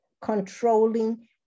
controlling